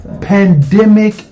pandemic